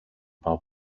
πάω